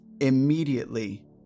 immediately